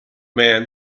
man